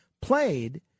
played